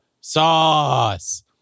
sauce